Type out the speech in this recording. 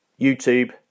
YouTube